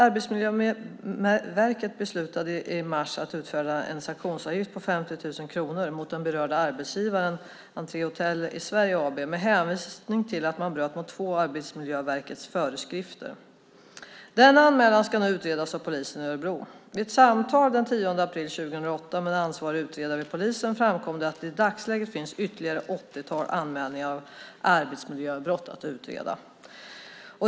Arbetsmiljöverket beslutade i mars att utfärda en sanktionsavgift på 50 000 kronor mot den berörda arbetsgivaren Entré Hotels i Sverige AB med hänvisning till att man bröt mot två av Arbetsmiljöverkets föreskrifter. Denna anmälan ska nu utredas av polisen i Örebro. Vid ett samtal den 10 april 2008 med ansvarig utredare vid polisen framkom att det i dagsläget finns ytterligare ett åttiotal anmälningar av arbetsmiljöbrott att utreda.